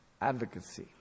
advocacy